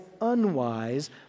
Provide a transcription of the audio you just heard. unwise